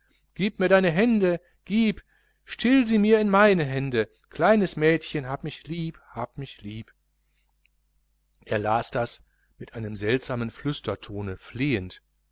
gieb mir deine hände gieb still sie mir in meine hände kleines mädchen hab mich lieb hab mich lieb er las das mit einem seltsamen flüstertone flehend